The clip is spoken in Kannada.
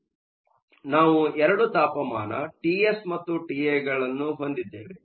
ಆದ್ದರಿಂದ ನಾವು ಎರಡು ತಾಪಮಾನ ಟಿಎಸ್ ಮತ್ತು ಟಿಐಗಳನ್ನು ಹೊಂದಿದ್ದೇವೆ